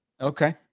Okay